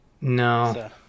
no